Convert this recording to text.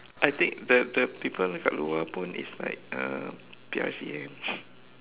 I think the the people dekat luar pun is like uh P_R_C kan